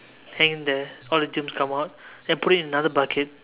hang there all the germs come out then put it in another bucket